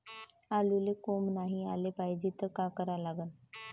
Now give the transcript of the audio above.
आलूले कोंब नाई याले पायजे त का करा लागन?